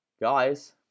Guys